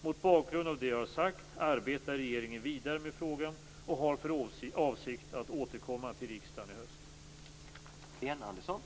Mot bakgrund av det jag sagt arbetar regeringen vidare med frågan och har för avsikt att återkomma till riksdagen i höst.